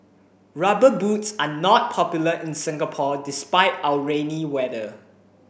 rubber boots are not popular in Singapore despite our rainy weather